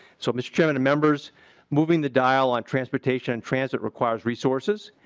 so mr. chair and members moving that i ah want transportation and transit requires resources.